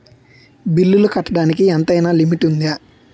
బిల్లులు కట్టడానికి ఎంతైనా లిమిట్ఉందా?